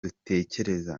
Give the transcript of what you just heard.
dutekereza